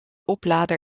oplader